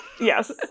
Yes